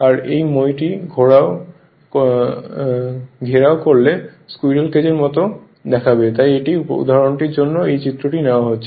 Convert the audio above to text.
আর এই মইটি ঘেরাও করলে স্কুইরেল কেজ এর মতো দেখাবে তাই এই উদাহরণটির জন্য এই চিত্রটি নেওয়া হয়েছে